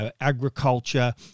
agriculture